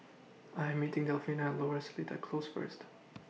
I Am meeting Delfina At Lower Seletar Close First